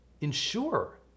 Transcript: ensure